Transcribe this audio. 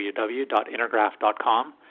www.intergraph.com